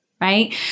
right